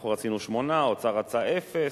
אנחנו רצינו 8, האוצר רצה אפס,